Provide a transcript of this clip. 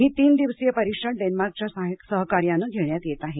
ही तीन दिवसीय परिषद डेन्मार्कच्या सहकार्याने घेण्यात येत आहे